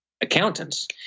accountants